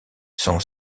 son